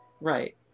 Right